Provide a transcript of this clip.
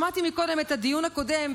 שמעתי את הדיון הקודם,